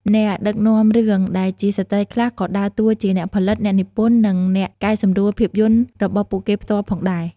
អ្នកដឹកនាំរឿងដែលជាស្ត្រីខ្លះក៏ដើរតួជាអ្នកផលិត អ្នកនិពន្ធ និងអ្នកកែសម្រួលភាពយន្តរបស់ពួកគេផ្ទាល់ផងដែរ។